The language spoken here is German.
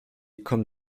kommt